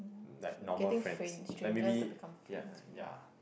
like normal friends like maybe ya uh ya